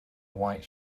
white